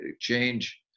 change